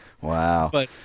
Wow